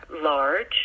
large